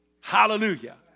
hallelujah